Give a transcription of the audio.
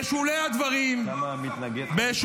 למה אתם לא מספחים?